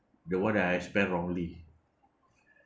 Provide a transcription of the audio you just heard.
the one that I have spent wrongly